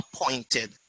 appointed